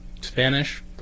Spanish